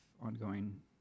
ongoing